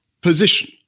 position